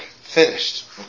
finished